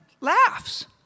laughs